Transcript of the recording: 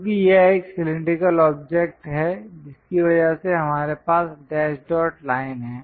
क्योंकि यह एक सिलैंडरिकल ऑब्जेक्ट्स है जिसकी वजह से हमारे पास डैश डॉट लाइन है